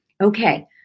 okay